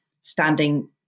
standing